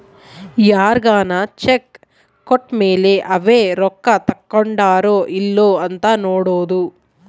ಯಾರ್ಗನ ಚೆಕ್ ಕೋಟ್ಮೇಲೇ ಅವೆ ರೊಕ್ಕ ತಕ್ಕೊಂಡಾರೊ ಇಲ್ಲೊ ಅಂತ ನೋಡೋದು